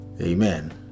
Amen